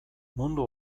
mundu